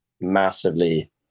massively